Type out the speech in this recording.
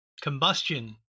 combustion